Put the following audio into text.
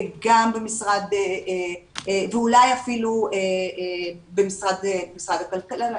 ואולי אפילו במשרד הכלכלה,